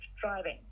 driving